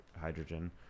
hydrogen